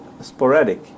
sporadic